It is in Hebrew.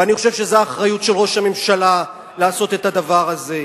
ואני חושב שזו האחריות של ראש הממשלה לעשות את הדבר הזה.